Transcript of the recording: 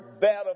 better